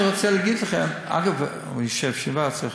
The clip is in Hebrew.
אגב, הוא יושב שבעה.